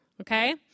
Okay